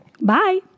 Bye